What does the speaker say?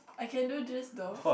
I can do this though